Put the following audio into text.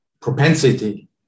propensity